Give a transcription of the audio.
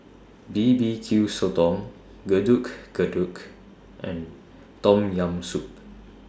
B B Q Sotong Getuk Getuk and Tom Yam Soup